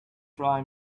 try